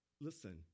listen